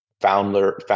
founder